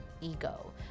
ego